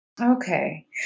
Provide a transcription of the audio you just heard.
Okay